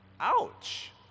Ouch